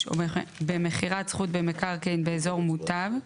או במכירת זכות במקרקעין באזור מוטב,